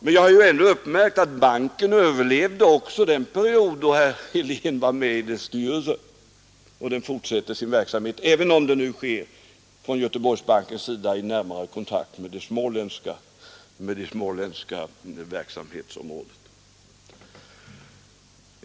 Ändå har jag uppmärksammat att Göteborgsbanken överlevde också den period då herr Helén var med i dess styrelse, och den fortsi verksamhet även om det nu sker i närmare kontakt med det småländska verksamhetsområdet.